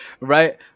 right